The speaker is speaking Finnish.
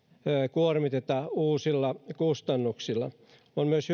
kuormiteta uusilla kustannuksilla hyvä on myös